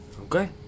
Okay